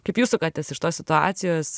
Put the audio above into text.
kaip jūs sukatės iš tos situacijos